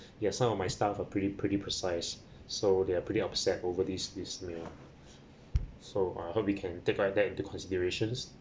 yeah some of my staff are pretty pretty precise so they are pretty upset over this this meal ah so I hope we can take out that into considerations